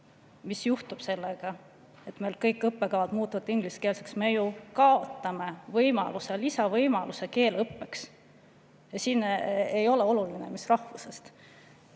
mis juhtub, kui meil kõik õppekavad muutuvad ingliskeelseks: me ju kaotame lisavõimaluse keeleõppeks. Ja siin ei ole oluline, mis rahvusest